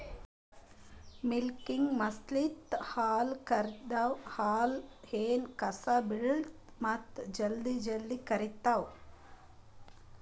milking ಮಷಿನ್ಲಿಂತ್ ಹಾಲ್ ಕರ್ಯಾದ್ರಿನ್ದ ಹಾಲ್ದಾಗ್ ಎನೂ ಕಸ ಬಿಳಲ್ಲ್ ಮತ್ತ್ ಜಲ್ದಿ ಜಲ್ದಿ ಕರಿತದ್